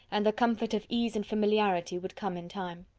and the comfort of ease and familiarity would come in time.